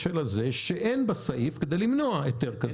שאין בסעיף כדי למנוע היתר כזה.